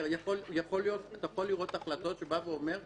אתה יכול לראות החלטות שהוא בא ואומר: